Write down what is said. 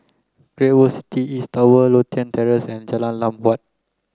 Great World City East Tower Lothian Terrace and Jalan Lam Huat